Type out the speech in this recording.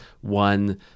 one